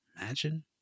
Imagine